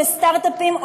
או לסטארט-אפים,